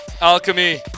Alchemy